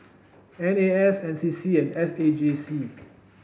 N A S N C C and S A J C